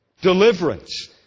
deliverance